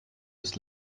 des